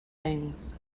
things